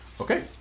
Okay